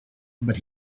but